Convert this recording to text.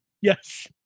Yes